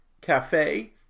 Cafe